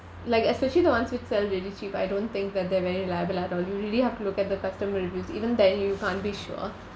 like especially the ones which sell really cheap I don't think that they're very reliable at all you really have to look at the customer reviews even then you can't be sure